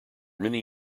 many